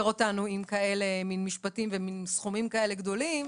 אותנו עם כאלה מן משפטים ומן סכומים כאלה גדולים